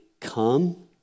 come